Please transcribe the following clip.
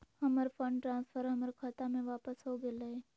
हमर fund transfer हमर खता में वापसी हो गेलय